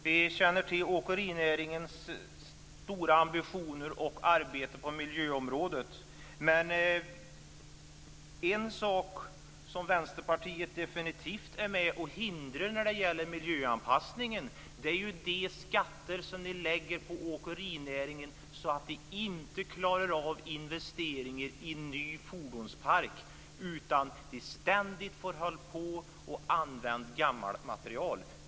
Fru talman! Vi känner till åkerinäringens stora ambitioner och arbete på miljöområdet. En sak som Vänsterpartiet definitivt är med och hindrar miljöanpassningen med är de skatter som ni lägger på åkerinäringen som gör att de inte klarar av investeringar i ny fordonspark utan ständigt får hålla på att använda gammal materiel.